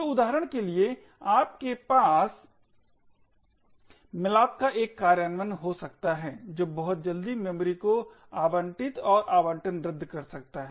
तो उदाहरण के लिए आपके पास malloc का एक कार्यान्वयन हो सकता है जो बहुत जल्दी मेमोरी को आवंटित और आवंटन रद्द कर सकता है